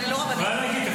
אבל --- את יכולה להגיד.